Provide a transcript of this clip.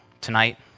tonight